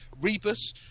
Rebus